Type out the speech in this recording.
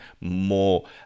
more